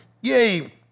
yay